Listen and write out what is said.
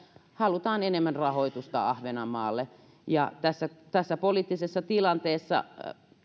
halutaan enemmän rahoitusta ahvenanmaalle tässä tässä poliittisessa tilanteessa me perussuomalaiset